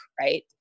right